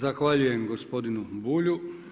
Zahvaljujem gospodinu Bulju.